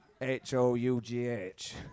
H-O-U-G-H